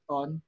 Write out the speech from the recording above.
on